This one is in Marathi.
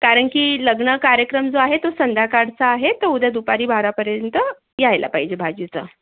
कारण की लग्न कार्यक्रम जो आहे तो संध्याकाळचा आहे तर उद्या दुपारी बारापर्यंत यायला पाहिजे भाजीचं